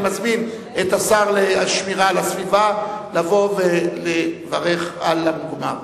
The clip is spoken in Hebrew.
אני מזמין את השר לשמירה על הסביבה לבוא ולברך על המוגמר.